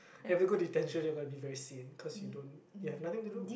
you have to go detention you're gonna be very sian cause you don't you have nothing to do